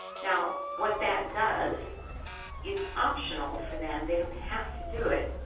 now what that does it's optimal for them. they don't have to do it.